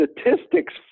statistics